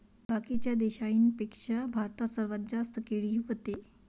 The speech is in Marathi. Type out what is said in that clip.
बाकीच्या देशाइंपेक्षा भारतात सर्वात जास्त केळी व्हते